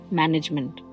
management।